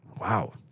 Wow